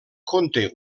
conté